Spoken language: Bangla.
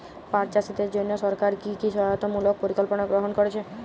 পাট চাষীদের জন্য সরকার কি কি সহায়তামূলক পরিকল্পনা গ্রহণ করেছে?